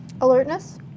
Alertness